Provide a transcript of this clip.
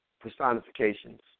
personifications